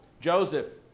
joseph